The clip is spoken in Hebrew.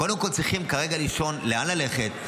קודם כול צריכים כרגע לישון, לאן ללכת.